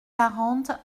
quarante